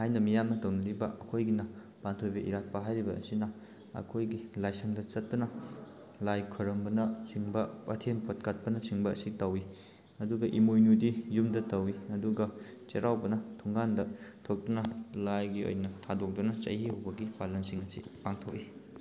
ꯍꯥꯏꯅ ꯃꯤꯌꯥꯝꯅ ꯇꯧꯅꯔꯤꯕ ꯑꯩꯈꯣꯏꯒꯤ ꯄꯥꯟꯊꯣꯏꯕꯤ ꯏꯔꯥꯠꯄ ꯍꯥꯏꯔꯤꯕ ꯑꯁꯤꯅ ꯑꯩꯈꯣꯏꯒꯤ ꯂꯥꯏꯁꯪꯗ ꯆꯠꯇꯨꯅ ꯂꯥꯏ ꯈꯨꯔꯨꯝꯕꯅ ꯆꯤꯡꯕ ꯑꯊꯦꯟ ꯄꯣꯠ ꯀꯠꯄꯅ ꯆꯤꯡꯕ ꯑꯁꯤ ꯇꯧꯋꯤ ꯑꯗꯨꯒ ꯏꯃꯣꯏꯅꯨꯗꯤ ꯌꯨꯝꯗ ꯇꯧꯋꯤ ꯑꯗꯨꯒ ꯆꯩꯔꯥꯎꯕꯅ ꯊꯣꯡꯒꯥꯟꯗ ꯊꯣꯛꯇꯨꯅ ꯂꯥꯏꯒꯤ ꯑꯣꯏꯅ ꯊꯥꯗꯣꯛꯇꯨꯅ ꯆꯍꯤ ꯍꯧꯕꯒꯤ ꯄꯥꯂꯟꯁꯤꯡ ꯑꯁꯤ ꯄꯥꯡꯊꯣꯛꯏ